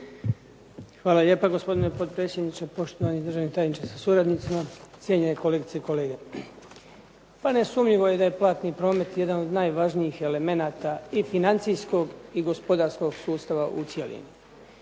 Hvala lijepa gospodine potpredsjedniče, poštovani državni tajniče sa suradnicima, cijenjeni kolegice i kolege. Nesumnjivo je da je platni promet jedan od najvažnijih elemenata i financijskog i gospodarskog sustava u cjelini.